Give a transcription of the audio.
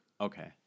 okay